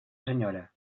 senyora